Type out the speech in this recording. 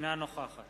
אינה נוכחת